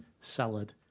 salad